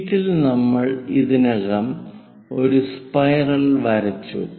ഷീറ്റിൽ നമ്മൾ ഇതിനകം ഒരു സ്പൈറൽ വരച്ചു